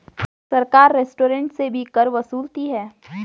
सरकार रेस्टोरेंट से भी कर वसूलती है